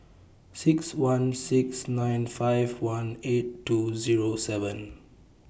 six one six nine five one eight two Zero seven